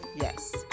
Yes